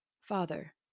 Father